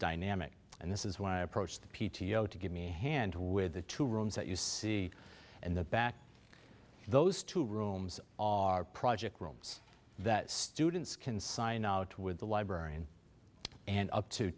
dynamic and this is when i approached the p t o to give me a hand with the two rooms that you see in the back those two rooms are project rooms that students can sign with the library in and up to